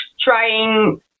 trying